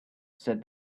said